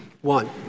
One